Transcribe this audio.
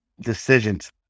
decisions